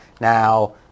Now